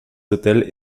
hôtels